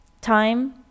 time